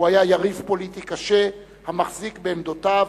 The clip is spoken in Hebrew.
הוא היה יריב פוליטי קשה, המחזיק בעמדותיו,